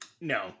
No